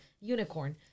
unicorn